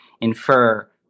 infer